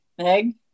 Meg